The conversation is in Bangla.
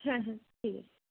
হ্যাঁ হ্যাঁ ঠিক